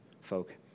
folk